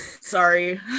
sorry